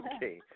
Okay